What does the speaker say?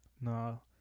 No